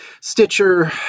Stitcher